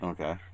Okay